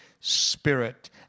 Spirit